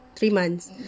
three months